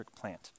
plant